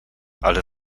ale